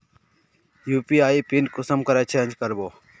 UPI PIN कुंसम करे change करबो?